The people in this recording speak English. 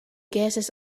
gases